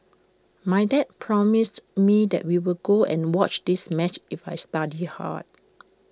my dad promised me that we will go and watch this match if I studied hard